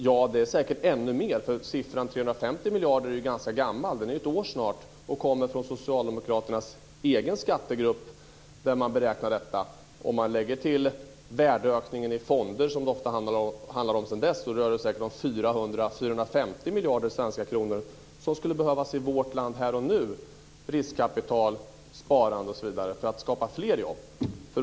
Ja, det är säkert ännu mer. Siffran 350 miljarder är ju ganska gammal. Den är ju snart ett år gammal och kommer från socialdemokraternas egen skattegrupp där man beräknade detta. Om man lägger till värdeökningen i fonder sedan dess, som det ofta handlar om, rör det sig säkert om 400 450 miljarder svenska kronor som skulle behövas i vårt land här och nu i form av riskkapital, sparande, osv. för att skapa fler jobb.